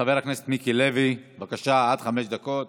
חבר הכנסת מיקי לוי, בבקשה, עד חמש דקות.